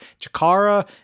Chakara